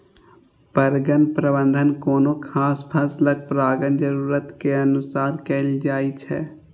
परगण प्रबंधन कोनो खास फसलक परागण जरूरत के अनुसार कैल जाइ छै